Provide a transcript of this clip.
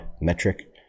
metric